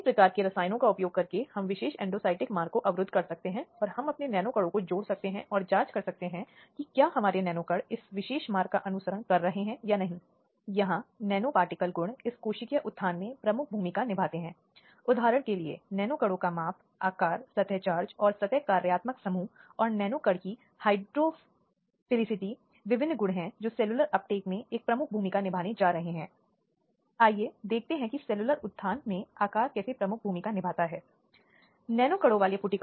बंद कमरे के परीक्षणों में विशेष रूप से स्थिति की बात करते हैं जहां केवल पक्षकार अदालत के समक्ष उपस्थित होंगे क्योंकि अदालतें अन्यथा एक सार्वजनिक मंच है जहां जनता के सदस्यों को उपस्थित रहने और कार्यवाही को देखने की अनुमति दी जाती है अर्थात सामान्य परिस्थितियों में आपराधिक कानून के तहत स्वीकार्य है